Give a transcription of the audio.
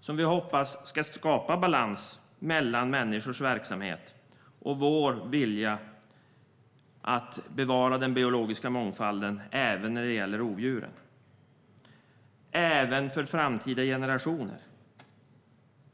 som vi hoppas ska skapa balans mellan människors verksamhet och vår vilja att bevara den biologiska mångfalden även när det gäller rovdjuren - även för framtida generationer.